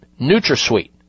NutraSweet